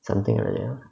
something like that ah